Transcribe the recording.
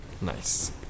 Nice